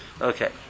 Okay